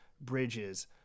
bridges